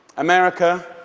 america,